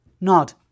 Nod